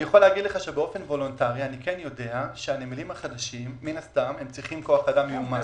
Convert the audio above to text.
באופן וולונטרי אני יודע שהנמלים החדשים מן הסתם צריכים כוח אדם מיומן.